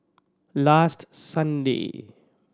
last Sunday